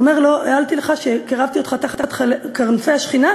אומר לו: קירבתי אותך תחת כנפי השכינה,